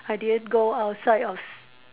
I didn't go outside of s~